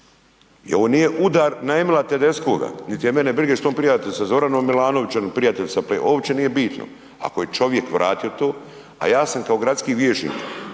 i ovo nije udar na Emila Tedeschkoga niti je mene briga jel su oni prijatelji sa Zoranom Milanovićem ili prijateljem sa Plenkovićem, uopće nije bitno, ako je čovjek vratio to, a ja sam kao gradski vijećnik